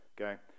Okay